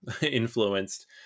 influenced